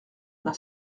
d’un